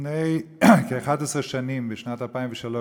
לפני כ-11 שנים, בשנת 2003,